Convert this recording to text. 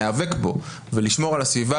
להיאבק בו ולשמור על הסביבה,